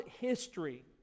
history